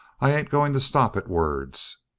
i ain't going to stop at words.